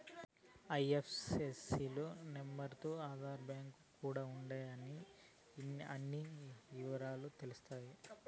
IFSC number తో ఆ bank యాడా ఉంది అనే అన్ని ఇవరాలు తెలుత్తాయి